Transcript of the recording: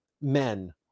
men